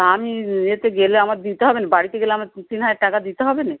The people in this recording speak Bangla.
আমি এতে গেলে আমার দিতে হবেন বাড়িতে গেলে আমার তিন হাজার টাকা দিতে হবে না